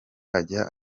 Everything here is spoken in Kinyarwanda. ajya